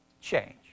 change